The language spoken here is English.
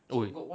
oh